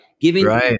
Giving